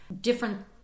different